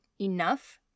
enough